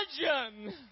imagine